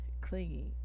clingy